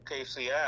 KCI